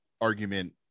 argument